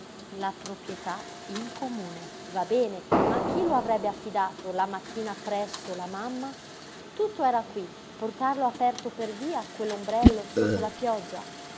la proprietà in comune va bene ma a chi lo avrebbe affidato la mattina appresso la mamma tutto era qui portarlo aperto per via quell'ombrello sotto la pioggia